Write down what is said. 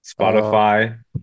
Spotify